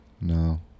No